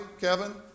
Kevin